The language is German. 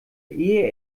ehe